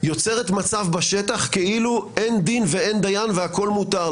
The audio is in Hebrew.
יוצרת מצב בשטח כאילו אין דין ואין דיין והכול מותר.